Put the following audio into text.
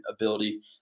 ability